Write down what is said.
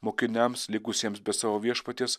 mokiniams likusiems be savo viešpaties